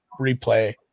replay